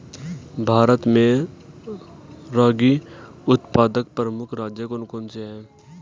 भारत में रागी उत्पादक प्रमुख राज्य कौन कौन से हैं?